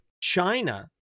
China